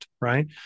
right